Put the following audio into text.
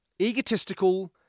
egotistical